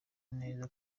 neza